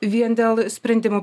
vien dėl sprendimų